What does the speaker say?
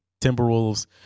timberwolves